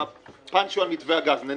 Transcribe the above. הפאנצ' הוא על מתווה הגז.